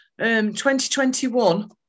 2021